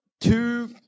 two